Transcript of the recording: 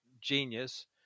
genius